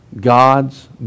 God's